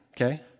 okay